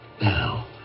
Now